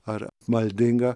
ar maldinga